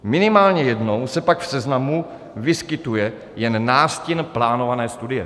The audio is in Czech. Minimálně jednou se pak v seznamu vyskytuje jen nástin plánované studie.